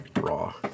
Raw